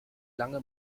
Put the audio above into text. lange